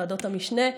בוועדת המשנה.